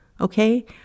Okay